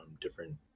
different